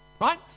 Right